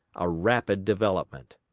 a rapid development.